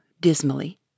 dismally